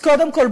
אז קודם כול,